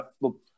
look